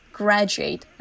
graduate